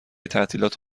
تعطیلات